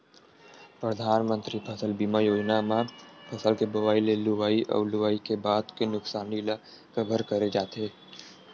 परधानमंतरी फसल बीमा योजना म फसल के बोवई ले लुवई अउ लुवई के बाद के नुकसानी ल कभर करे जाथे